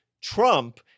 Trump